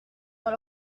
dans